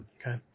Okay